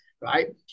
Right